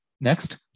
Next